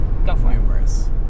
Numerous